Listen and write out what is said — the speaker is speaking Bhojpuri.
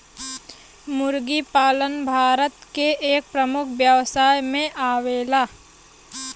मुर्गी पालन भारत के एक प्रमुख व्यवसाय में आवेला